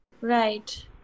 Right